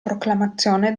proclamazione